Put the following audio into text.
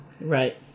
right